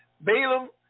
Balaam